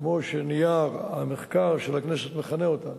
כמו שנייר המחקר של הכנסת מכנה אותן,